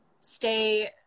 stay